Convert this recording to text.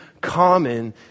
common